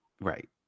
Right